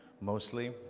mostly